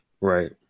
Right